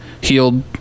healed